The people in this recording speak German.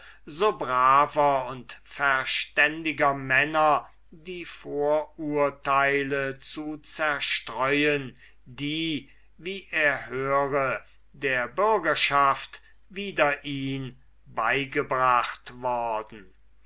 so braver und verständiger männer die vorurteile zu zerstreuen die wie er hörte der bürgerschaft wider ihn beigebracht worden